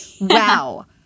Wow